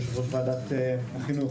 יושב-ראש ועדת חינוך,